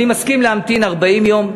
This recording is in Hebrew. אני מסכים להמתין 40 יום,